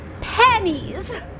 pennies